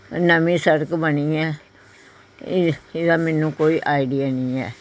ਨਵੀਂ ਸੜਕ ਬਣੀ ਹੈ ਏ ਇਹਦਾ ਮੈਨੂੰ ਕੋਈ ਆਈਡੀਆ ਨਹੀਂ ਹੈ